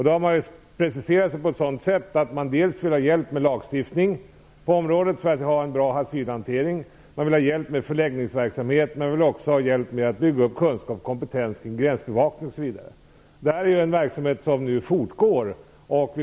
De har preciserat det så att de vill ha hjälp med lagstiftning på området för att ha en bra asylhantering. De vill ha hjälp med förläggningsverksamhet och även med att bygga upp kunskap och kompetens kring gränsbevakning osv. Detta är en verksamhet som fortgår.